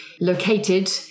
located